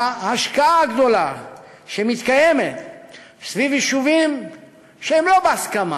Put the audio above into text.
ההשקעה הגדולה שמתקיימת סביב יישובים שהם לא בהסכמה